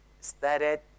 started